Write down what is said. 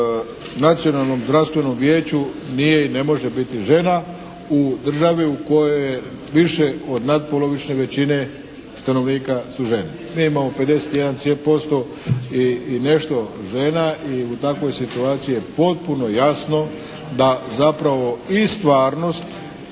u Nacionalnom zdravstvenom vijeću nije i ne može biti žena u državi u kojoj je više od natpolovične većine stanovnika su žene. Mi imamo 51% i nešto žena. I u takvoj situaciji je potpuno jasno da zapravo i stvarnost